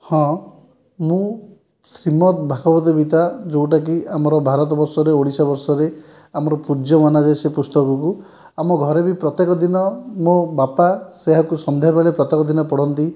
ହଁ ମୁଁ ଶ୍ରୀମଦ୍ ଭଗବଦ୍ ଗୀତା ଯେଉଁଟା କି ଆମର ଭାରତ ବର୍ଷରେ ଓଡ଼ିଶା ବର୍ଷରେ ଆମର ପୂଜ୍ୟ ମନାଯାଏ ସେ ପୁସ୍ତକକୁ ଆମ ଘରେ ବି ପ୍ରତ୍ୟେକ ଦିନ ମୋ ବାପା ସେହାକୁ ସନ୍ଧ୍ୟା ବେଳେ ପ୍ରତ୍ୟେକ ଦିନ ପଢ଼ନ୍ତି